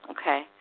Okay